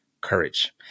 courage